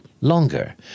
longer